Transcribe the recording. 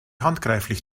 handgreiflich